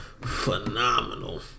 Phenomenal